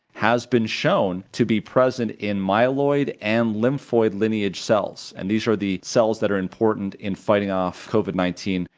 has been shown to be present in myeloid and lymphoid lineage cells, and these are the cells that are important in fighting off covid nineteen,